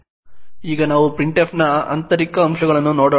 ಈಗ ನಾವು printf ನ ಆಂತರಿಕ ಅಂಶಗಳನ್ನು ನೋಡೋಣ